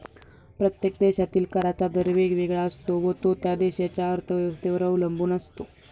प्रत्येक देशातील कराचा दर वेगवेगळा असतो व तो त्या देशाच्या अर्थव्यवस्थेवर अवलंबून असतो